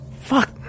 Fuck